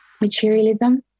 materialism